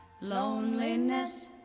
Loneliness